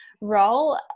role